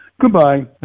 goodbye